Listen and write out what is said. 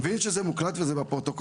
אתה מבין שזה מוקלט וזה בפרוטוקול?